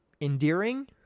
endearing